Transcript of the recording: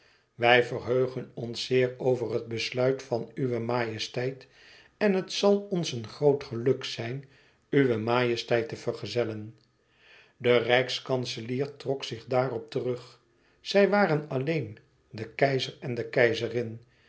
wij verheugen ons zeer over het besluit van uw majesteit en het zal ons een groot geluk zijn uwe majesteit te vergezellen de rijkskanselier trok zich daarop terug zij waren alleen de keizer en de keizerin